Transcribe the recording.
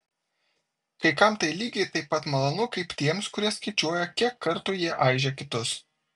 kai kam tai lygiai taip pat malonu kaip tiems kurie skaičiuoja kiek kartų jie aižė kitus